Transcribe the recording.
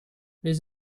les